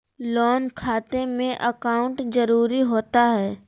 Loan खाते में account जरूरी होता है?